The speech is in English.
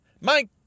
Mike